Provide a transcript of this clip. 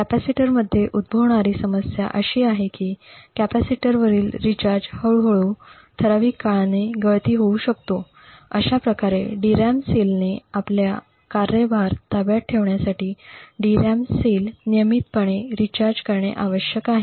कॅपेसिटरमध्ये उद्भवणारी समस्या अशी आहे की कॅपेसिटरवरील रीचार्ज हळूहळू ठराविक काळाने गळती होऊ शकते अशा प्रकारे DRAM सेलने आपला कार्यभार ताब्यात ठेवण्यासाठी DRAM पेशी नियमितपणे रीचार्ज करणे आवश्यक आहे